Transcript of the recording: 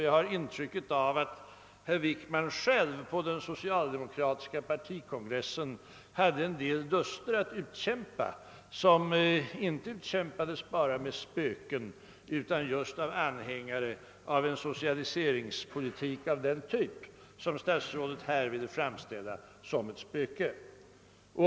Jag har intrycket att herr Wickman även på den socialdemokratiska partikongressen hade en del duster att utkämpa just med anhängare av en socialiseringspolitik av den typ som herr statsrådet här ville framställa som spöken.